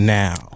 now